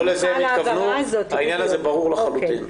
העניין הזה ברור לחלוטין.